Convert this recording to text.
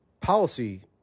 policy